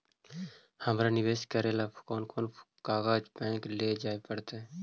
हमरा निवेश करे ल कोन कोन कागज बैक लेजाइ पड़तै?